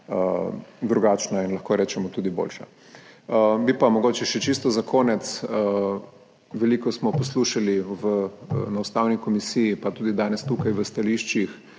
drugačna in lahko rečemo tudi boljša. Bi pa mogoče še čisto za konec. Veliko smo poslušali na Ustavni komisiji pa tudi danes tukaj v stališčih